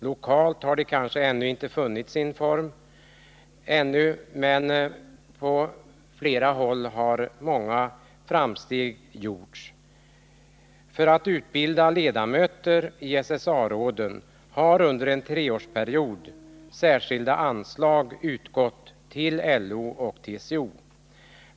Lokalt har de kanske ännu inte funnit sin form, men på flera håll har många framsteg gjorts. För att utbilda ledamöter i SSA-råden har under en treårsperiod särskilda anslag utgått till LO och TCO.